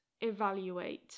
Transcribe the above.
evaluate